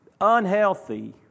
unhealthy